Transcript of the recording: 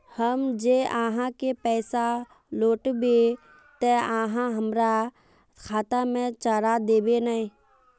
हम जे आहाँ के पैसा लौटैबे ते आहाँ हमरा खाता में चढ़ा देबे नय?